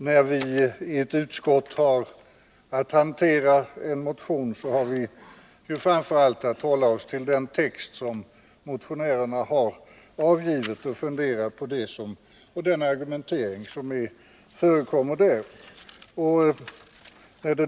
När vi i ett utskott har att hantera en motion, har vi framför allt att hålla oss till den text som motionärerna har avgivit och att fundera på den argumentering som förekommer i motionen.